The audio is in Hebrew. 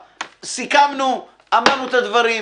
סיכמנו, אמרנו את הדברים.